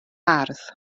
ardd